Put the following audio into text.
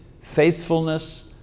faithfulness